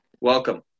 Welcome